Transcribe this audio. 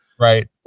Right